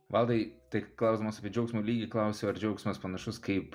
valdai tai klausdamas apie džiaugsmą lygiai klausiu ar džiaugsmas panašus kaip